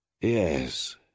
Yes